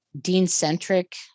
Dean-centric